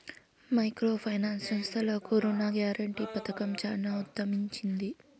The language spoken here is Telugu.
మైక్రో ఫైనాన్స్ సంస్థలకు రుణ గ్యారంటీ పథకం చానా ఊతమిచ్చింది